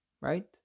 right